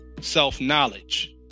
self-knowledge